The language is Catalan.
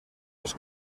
els